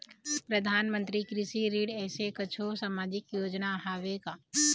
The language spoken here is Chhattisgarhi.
परधानमंतरी कृषि ऋण ऐसे कुछू सामाजिक योजना हावे का?